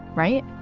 right?